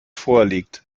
vorliegt